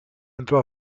entrò